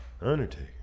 Undertaker